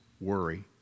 worry